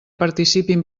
participin